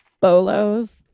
bolos